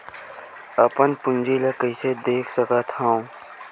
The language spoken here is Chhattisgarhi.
अपन पूंजी ला कइसे देख सकत हन?